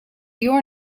your